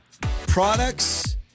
products